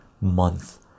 month